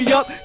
up